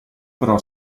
però